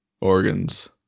organs